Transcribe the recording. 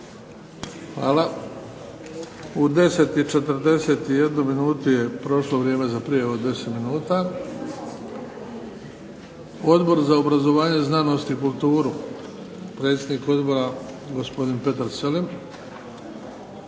Hvala. U 10 i 41 minutu je prošlo vrijeme za prijavu od 10 minuta. Odbor za obrazovanje, znanost i kulturu, predsjednik odbora gospodin Petar Selem